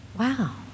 Wow